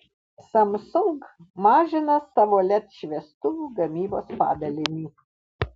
samsung mažina savo led šviestuvų gamybos padalinį